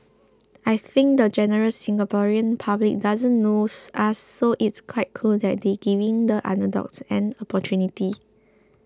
I think the general Singaporean public doesn't know us so it's quite cool that they're giving the underdogs an opportunity